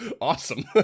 awesome